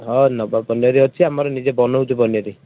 ହଁ ନବା ପନିର ଅଛି ଆମର ନିଜେ ବନଉଚୁ ପନିର